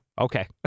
Okay